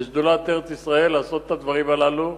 לשדולת ארץ-ישראל לעשות את הדברים הללו,